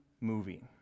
movie